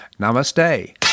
Namaste